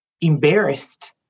embarrassed